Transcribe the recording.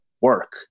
work